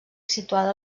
situada